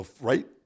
right